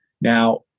Now